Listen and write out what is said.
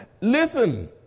Listen